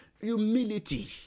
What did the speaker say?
Humility